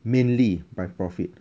mainly by profit